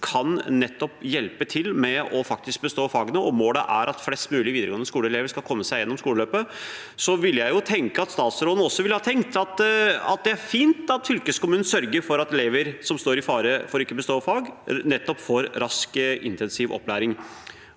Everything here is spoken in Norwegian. kan hjelpe dem med faktisk å bestå fagene, og når målet er at flest mulig videregående skoleelever skal komme seg gjennom skoleløpet, ville jeg tenke at statsråden også ville ha tenkt at det er fint at fylkeskommunen sørger for at elever som står i fare for ikke å bestå fag, får rask intensiv opplæring.